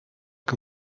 que